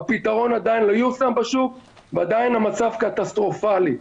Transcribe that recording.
הפתרון עדיין לא יושם בשוק ועדיין המצב קטסטרופלי.